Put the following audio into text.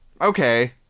okay